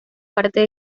parte